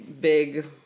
big